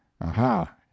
aha